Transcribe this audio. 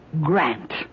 Grant